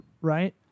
right